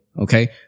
okay